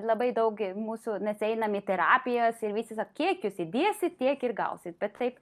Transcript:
labai daug mūsų mes einam į terapijas ir visi sako kiek jūs įdėsit tiek ir gausit bet taip